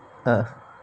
ah